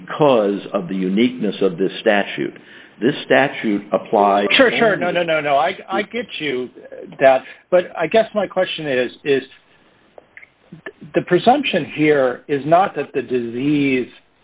because of the uniqueness of this statute this statute applies sure sure no no no no i get you that but i guess my question is is the presumption here is not that the disease